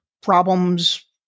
problems